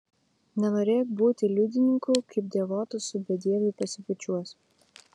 nenorėk būti liudininku kaip dievotas su bedieviu pasibučiuos